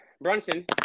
Brunson